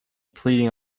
pleading